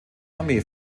armee